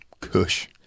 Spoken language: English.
Kush